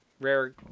rare